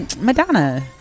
Madonna